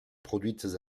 produites